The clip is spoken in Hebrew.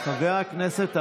חבר הכנסת עבאס.